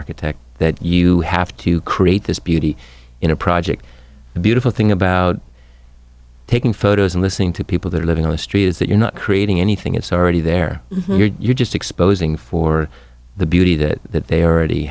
architect that you have to create this beauty in a project a beautiful thing about taking photos and listening to people that are living on the street is that you're not creating anything it's already there and you're just exposing for the beauty that they already